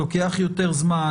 לוקח יותר זמן,